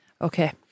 Okay